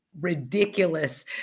ridiculous